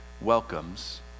welcomes